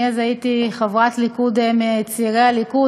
אני אז הייתי חברת ליכוד, מצעירי הליכוד.